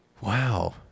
Wow